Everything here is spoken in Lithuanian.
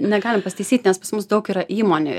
negalim pasitaisyt nes pas mus daug yra įmonių